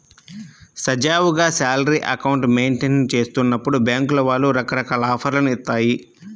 సజావుగా salary account maintain చేస్తున్నప్పుడు బ్యేంకుల వాళ్ళు రకరకాల ఆఫర్లను ఇత్తాయి